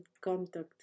contact